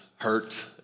hurt